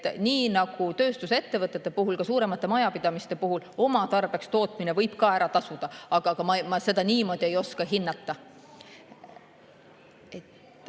nii nagu tööstusettevõtete puhul ka suuremate majapidamiste puhul oma tarbeks tootmine ära tasuda. Aga ma seda niimoodi ei oska hinnata.